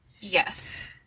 Yes